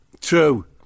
True